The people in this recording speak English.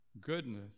goodness